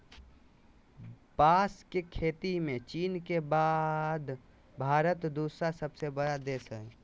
बांस के खेती में चीन के बाद भारत दूसरा सबसे बड़ा देश हइ